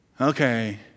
okay